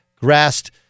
grasped